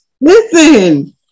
Listen